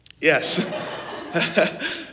Yes